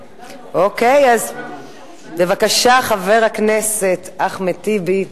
אוקיי, אז בבקשה, חבר הכנסת אחמד טיבי.